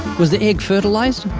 was the egg fertilized?